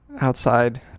outside